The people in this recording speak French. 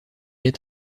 est